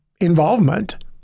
involvement